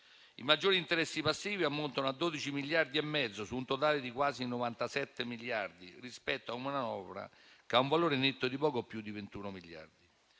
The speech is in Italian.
I maggiori interessi passivi ammontano a 12,5 miliardi su un totale di quasi 97 miliardi rispetto ad una manovra che ha un valore netto di poco più di 21 miliardi.